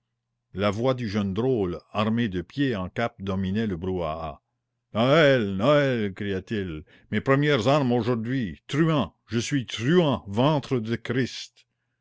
la voix du jeune drôle armé de pied en cap dominait le brouhaha noël noël criait-il mes première armes aujourd'hui truand je suis truand ventre de christ